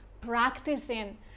practicing